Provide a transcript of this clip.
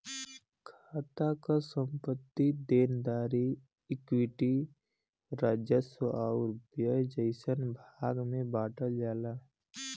खाता क संपत्ति, देनदारी, इक्विटी, राजस्व आउर व्यय जइसन भाग में बांटल जाला